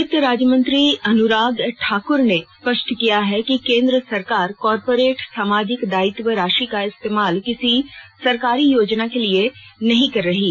वित्त राज्यमंत्री अनुराग ठाकुर ने स्पष्ट किया है कि केंद्र सरकार कॉरपोरेट सामाजिक दायित्व राशि का इस्तेमाल किसी सरकारी योजना के लिए नहीं कर रही है